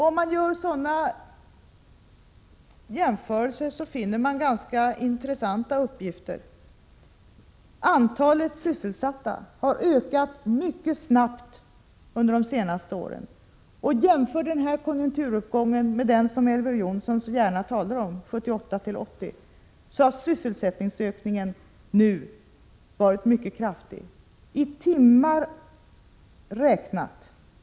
Om man gör sådana jämförelser upptäcker man ganska intressanta saker. Antalet sysselsatta har ökat mycket snabbt under de senaste åren. Om man jämför denna konjunkturuppgång med den som Elver Jonsson så gärna talar om, nämligen den som vi hade 1978-1980, finner man att sysselsättningsökningen nu varit mycket kraftig.